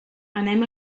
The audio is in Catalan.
anem